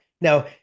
now